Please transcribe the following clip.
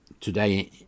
today